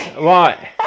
Right